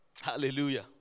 Hallelujah